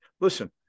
listen